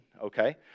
okay